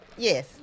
Yes